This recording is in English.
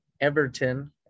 Everton